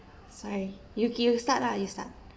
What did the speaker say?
sorry you c~ you start lah you start